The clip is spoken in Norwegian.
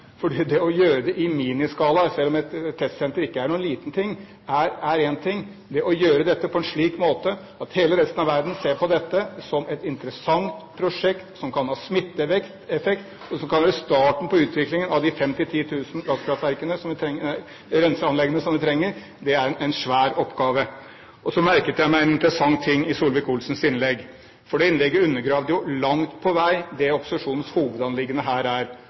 det kan smitte til hele resten av verden. For det å gjøre det i miniskala – selv om et testsenter ikke er noen liten ting – er én ting, men det å gjøre dette på en slik måte at hele resten av verden ser på dette som et interessant prosjekt, som kan ha smitteeffekt, og som kan være starten på utviklingen av de 5 000–10 000 renseanleggene som vi trenger, er en svær oppgave. Så merket jeg meg en interessant ting i Solvik-Olsens innlegg. For det innlegget undergravde jo langt på vei det opposisjonens hovedanliggende her er.